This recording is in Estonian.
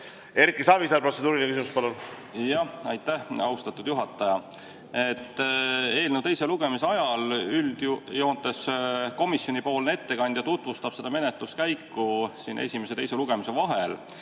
Erki Savisaar, protseduuriline küsimus. Palun! Aitäh, austatud juhataja! Eelnõu teise lugemise ajal üldjoontes komisjoni ettekandja tutvustab seda menetluskäiku siin esimese ja teise lugemise vahel.